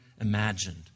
imagined